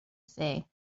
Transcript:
say